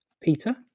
Peter